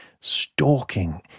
stalking